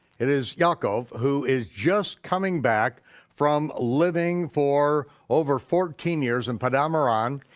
it is yaakov who is just coming back from living for over fourteen years in padamaran.